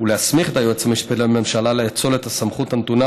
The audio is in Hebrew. ולהסמיך את היועץ המשפטי לממשלה לאצול את הסמכות הנתונה